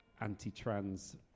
anti-trans